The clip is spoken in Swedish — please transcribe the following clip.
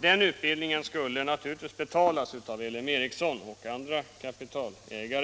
Den utbildningen skulle naturligtvis betalas av L M Ericsson och andra kapitalägare.